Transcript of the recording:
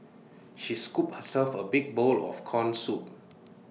she scooped herself A big bowl of Corn Soup